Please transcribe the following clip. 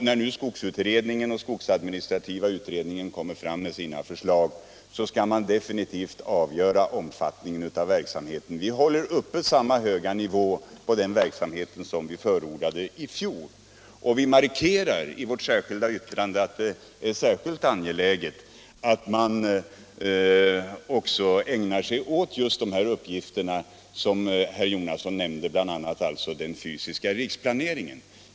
När nu skogsutredningen och skogsadministrativa utredningen kommer med sina förslag, skall man definitivt avgöra omfattningen av verksamheten. Vi upprätthåller samma höga nivå på den verksamheten som vi förordade i fjol. I vårt särskilda yttrande markerar vi att det är speciellt angeläget att man också ägnar sig åt de uppgifter som herr Jonasson nämnde, bl.a. den fysiska riksplaneringen.